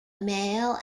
male